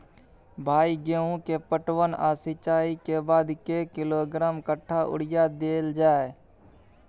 भाई गेहूं के पटवन आ सिंचाई के बाद कैए किलोग्राम कट्ठा यूरिया देल जाय?